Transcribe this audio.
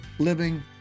living